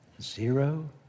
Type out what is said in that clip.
Zero